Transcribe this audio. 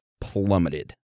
plummeted